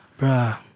Bruh